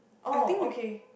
oh okay